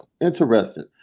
Interesting